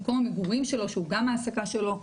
במקום המגורים שלו שהוא גם ההעסקה שלו,